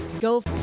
Go